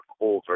over